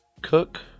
Cook